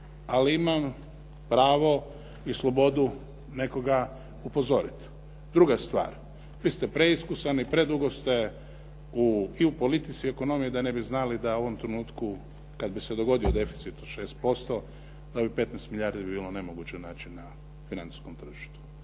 ali imam pravo i slobodu nekoga upozoriti. Druga stvar, vi ste preiskusan i predugo ste i u politici i u ekonomiji da ne bi znali da u ovom trenutku kad bi se dogodio deficit od 6%, da bi 15 milijardi bilo nemoguće naći na financijskom tržištu.